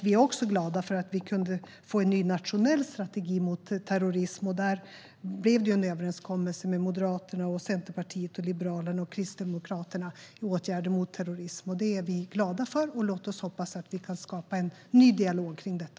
Vi är också glada för att vi kunde få en ny nationell strategi mot terrorism, och där blev det ju en överenskommelse med Moderaterna, Centerpartiet, Liberalerna och Kristdemokraterna. Det är vi glada för. Låt oss hoppas att vi kan skapa en ny dialog kring detta.